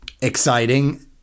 exciting